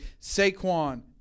Saquon